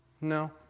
No